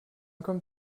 kommt